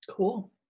Cool